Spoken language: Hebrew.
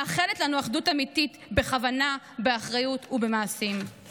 מאחלת לנו אחדות אמיתית בכוונה, באחריות ובמעשים.